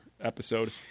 episode